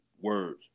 words